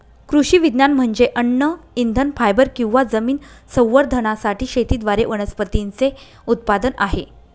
कृषी विज्ञान म्हणजे अन्न इंधन फायबर किंवा जमीन संवर्धनासाठी शेतीद्वारे वनस्पतींचे उत्पादन आहे